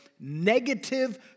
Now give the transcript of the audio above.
negative